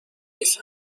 نیست